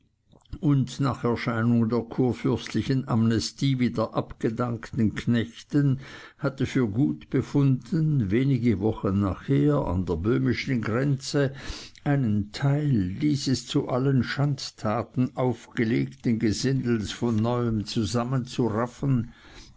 und nach erscheinung der kurfürstlichen amnestie wieder abgedankten knechten hatte für gut befunden wenige wochen nachher an der böhmischen grenze einen teil dieses zu allen schandtaten aufgelegten gesindels von neuem zusammenzuraffen